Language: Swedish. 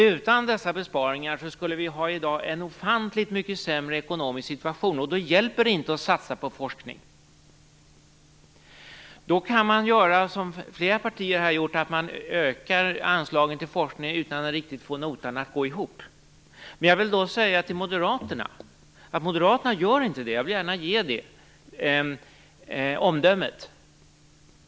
Utan dessa besparingar skulle vi i dag ha en ofantligt mycket sämre ekonomisk situation, och då hjälper det inte att satsa på forskning. Man kan göra som flera partier har gjort - man ökar anslagen till forskning utan att riktigt få notan att gå ihop. Jag vill säga till moderaterna att de inte gör det. Jag vill gärna ge det omdömet.